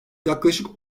yaklaşık